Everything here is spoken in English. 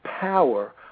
power